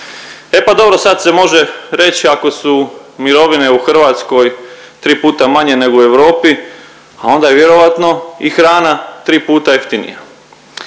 E pa dobro, sad se može reći ako su mirovine u Hrvatskoj tri puta manje nego u Europi, a onda je vjerojatno i hrana tri puta jeftinija.